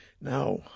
Now